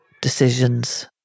decisions